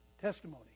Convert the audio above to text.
testimony